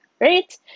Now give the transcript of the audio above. Right